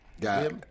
Got